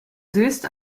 soest